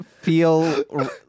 feel